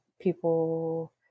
people